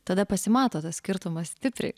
tada pasimato tas skirtumas stipriai